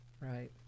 Right